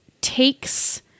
takes